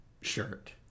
shirt